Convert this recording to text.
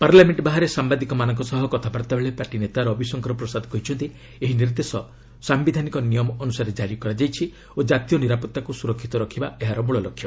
parliament ବାହାରେ ସାମ୍ବାଦିକମାନଙ୍କ ସହ କଥାବାର୍ତ୍ତା ବେଳେ ପାର୍ଟି ନେତା ରବିଶଙ୍କର ପ୍ରସାଦ କହିଛନ୍ତି ଏହି ନିର୍ଦ୍ଦେଶ ସାୟିଧାନିକ ନିୟମ ଅନୁସାରେ ଜାରି କରାଯାଇଛି ଓ ଜାତୀୟ ନିରାପତ୍ତାକୁ ସୁରକ୍ଷିତ ରଖିବା ଏହାର ମୂଳ ଲକ୍ଷ୍ୟ